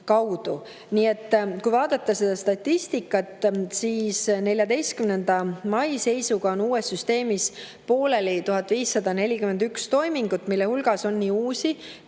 kaudu. Kui vaadata seda statistikat, siis 14. mai seisuga oli uues süsteemis pooleli 1541 toimingut, mille hulgas on nii uusi